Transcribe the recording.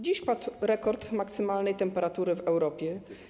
Dziś padł rekord maksymalnej temperatury w Europie.